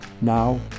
now